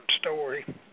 story